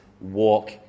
walk